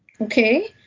Okay